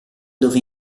dove